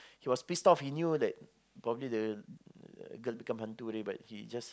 he was pissed off he knew that probably the the girl become hantu already but he just